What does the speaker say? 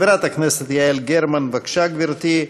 חברת הכנסת יעל גרמן, בבקשה, גברתי.